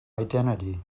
identity